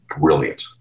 brilliant